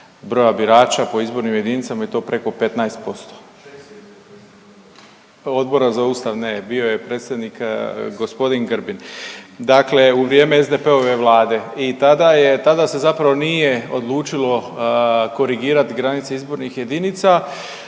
broja birača po izbornim jedinicama i to preko 15%. Odbora za Ustav, ne, bio je predsjednik g. Grbin. Dakle u vrijeme SDP-ove vlade i tada je, tada se zapravo nije odlučilo korigirati granice izbornih jedinica,